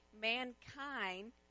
mankind